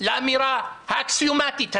לאמירה האקסיומטית הזאת?